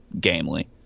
gamely